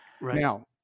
Now